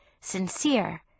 sincere